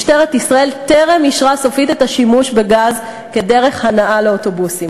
משטרת ישראל טרם אישרה סופית את השימוש בגז כדרך הנעה לאוטובוסים.